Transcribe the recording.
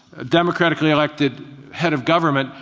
democratically elected head of government.